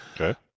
Okay